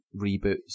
reboots